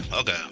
Okay